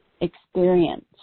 experience